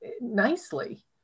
nicely